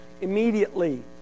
immediately